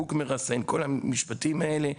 חיבוק מרסן וכל המשפטים האלה,